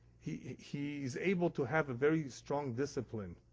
he he is able to have a very strong discipline,